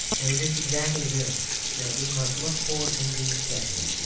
and it is exactly this that we must look for in these sketches.